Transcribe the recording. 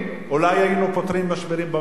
אולי היינו פותרים משברים במשק.